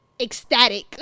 ecstatic